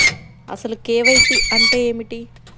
అసలు కే.వై.సి అంటే ఏమిటి?